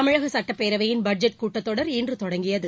தமிழக சட்டப்பேரவையின் பட்ஜெட் கூட்டத்தொடர் இன்று தொடங்கியது